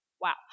wow